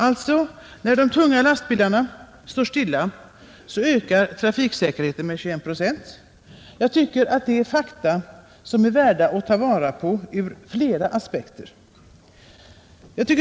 Alltså: När de tunga lastbilarna står still, så ökar trafiksäkerheten med 21 procent. Jag tycker det är fakta som är värda att ta vara på ur flera aspekter.